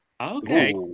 Okay